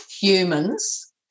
humans